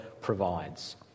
provides